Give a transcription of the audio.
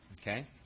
Okay